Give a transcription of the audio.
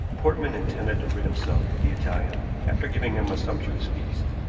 portman intended to rid himself of the italian after giving him a sumptuous feast,